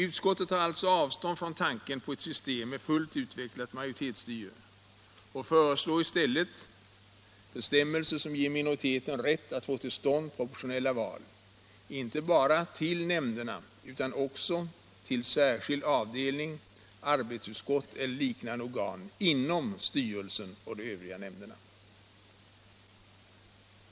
Utskottet tar alltså avstånd från tanken på ett system med fullt utvecklat majoritetsstyre och föreslår i stället bestämmelser som ger minoriteten rätt att få till stånd proportionella val inte bara till nämnderna utan också till särskild avdelning, arbetsutskott eller liknande organ inom styrelsen och de övriga nämnderna.